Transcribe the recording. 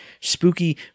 spooky